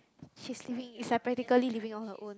she's li~ is like practically living on her own